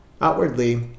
Outwardly